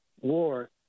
war